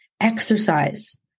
Exercise